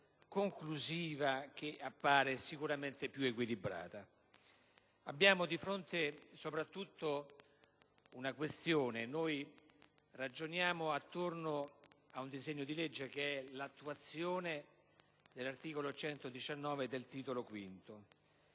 conclusiva che appare sicuramente più equilibrata. Abbiamo di fronte soprattutto una questione: noi ragioniamo attorno a un disegno di legge, che è l'attuazione dell'articolo 119 del Titolo V.